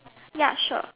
ya sure